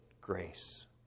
grace